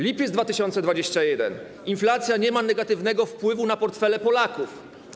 Lipiec 2021 r. - inflacja nie ma negatywnego wpływu na portfele Polaków.